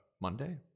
Monday